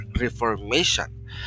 Reformation